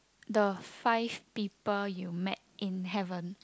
the Five People You Met in Heaven